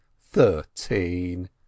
thirteen